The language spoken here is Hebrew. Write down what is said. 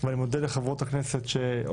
ואני רוצה שוב להודות לחברות הכנסת שנמצאות